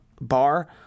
bar